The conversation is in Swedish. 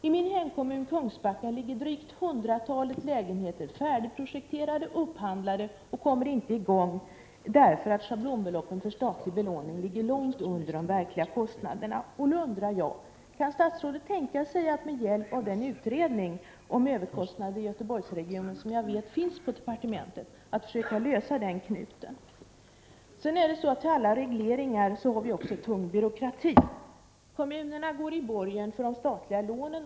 I min hemkommun, Kungsbacka, finns det drygt hundratalet lägenheter färdigprojekterade och upphandlade, men det hela kommer inte i gång, därför att schablonbeloppen för statlig belåning ligger långt under de verkliga kostnaderna. Nu undrar jag om statsrådet kan tänka sig att med hjälp av utredningen om överkostnader i Göteborgsregionen, en utredning som jag vet finns på departementet, försöka lösa den knuten. Bortsett från alla regleringar har vi också en tung byråkrati. Kommunerna går i borgen för de statliga lånen.